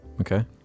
Okay